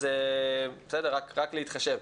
אז רק להתחשב.